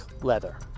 Leather